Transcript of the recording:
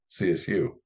csu